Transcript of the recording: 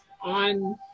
On